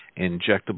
injectable